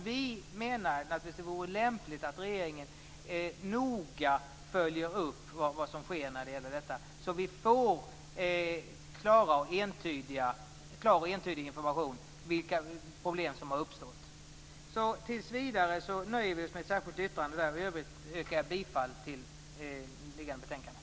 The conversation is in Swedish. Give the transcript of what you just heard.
Vi menar att det är lämpligt att regeringen noga följer upp vad som sker när det gäller detta, så att vi får klar och entydig information om vilka problem som har uppstått. Tills vidare nöjer vi oss alltså med det särskilda yttrandet. I övrigt yrkar jag bifall till hemställan i föreliggande betänkande.